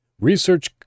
Research